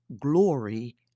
glory